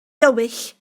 dywyll